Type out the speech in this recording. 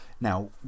Now